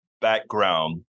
background